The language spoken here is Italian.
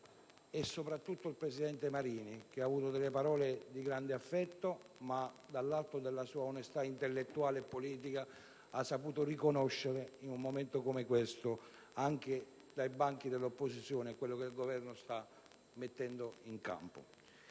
e, soprattutto, il presidente Marini che ha avuto parole di grande affetto e che, dall'alto della sua onestà intellettuale e politica, ha saputo riconoscere, in un momento come questo, anche dai banchi dell'opposizione, ciò che il Governo sta mettendo in campo.